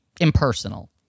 impersonal